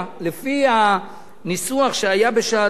לפי הניסוח שהיה בשעתו,